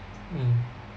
mm